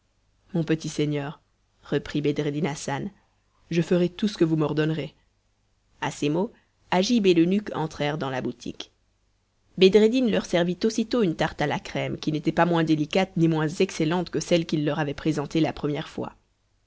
mon petit seigneur reprit bedreddin hassan je ferai tout ce que vous m'ordonnerez à ces mots agib et l'eunuque entrèrent dans la boutique bedreddin leur servit aussitôt une tarte à la crème qui n'était pas moins délicate ni moins excellente que celle qu'il leur avait présentée la première fois